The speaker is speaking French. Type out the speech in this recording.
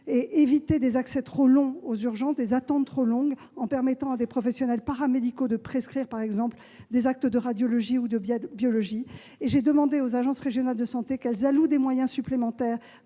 et à éviter de trop longues attentes aux urgences, en permettant à des professionnels paramédicaux de prescrire, par exemple, des actes de radiologie ou de biologie. Enfin, j'ai demandé aux agences régionales de santé d'allouer des moyens supplémentaires